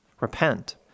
repent